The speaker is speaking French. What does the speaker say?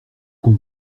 qu’on